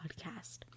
Podcast